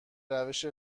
روش